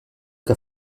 que